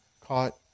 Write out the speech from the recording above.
caught